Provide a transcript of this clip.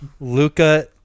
Luca